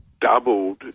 doubled